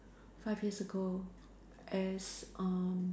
five years ago is um